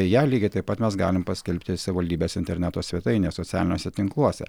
tai ją lygiai taip pat mes galime paskelbti savivaldybės interneto svetainėje socialiniuose tinkluose